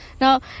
Now